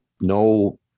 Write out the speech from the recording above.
no